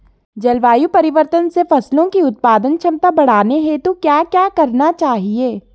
जलवायु परिवर्तन से फसलों की उत्पादन क्षमता बढ़ाने हेतु क्या क्या करना चाहिए?